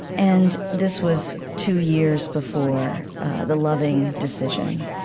and this was two years before the loving decision.